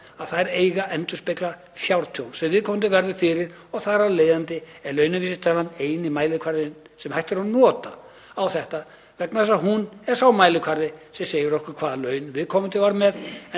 að þær eiga að endurspegla það fjártjón sem viðkomandi verður fyrir og þar af leiðandi er launavísitalan eini mælikvarðinn sem hægt er að nota á þetta. Hún er sá mælikvarði sem segir okkur hvaða laun viðkomandi var með